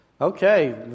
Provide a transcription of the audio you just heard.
Okay